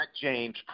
James